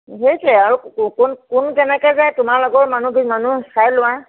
সেইটোৱেই আৰু কোন কোন কেনেকৈ যায় তোমালোকৰ মানুহ মানুহ চাই লোৱা